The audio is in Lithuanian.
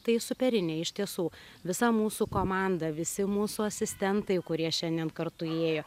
tai superinė iš tiesų visa mūsų komanda visi mūsų asistentai kurie šiandien kartu įėjo